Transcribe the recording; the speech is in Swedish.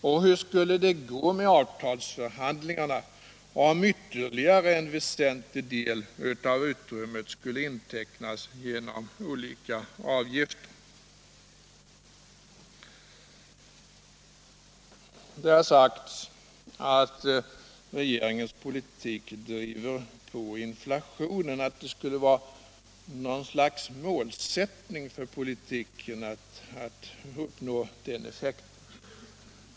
Och hur skulle det gå med avtalsförhandlingarna, om ytterligare en väsentlig del av utrymmet skulle intecknas genom olika avgifter? Det har sagts att regeringens politik driver på inflationen, att det skulle vara något slags målsättning för politiken att uppnå den effekten.